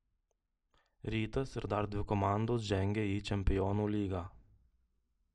rytas ir dar dvi komandos žengia į čempionų lygą